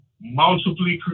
multiply